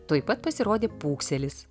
tuoj pat pasirodė pūkselis